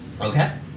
Okay